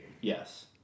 Yes